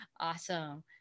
Awesome